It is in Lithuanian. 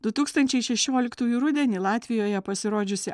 du tūkstančiai šešioliktųjų rudenį latvijoje pasirodžiusi